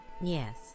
Yes